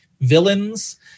villains